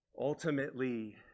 Ultimately